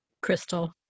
crystal